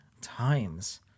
times